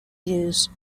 used